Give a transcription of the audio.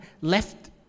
left